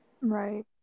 Right